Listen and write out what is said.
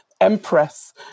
Empress